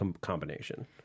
combination